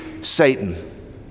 Satan